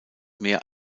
mehr